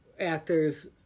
actors